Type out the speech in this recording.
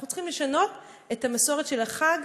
אנחנו צריכים לשנות את המסורת של החג,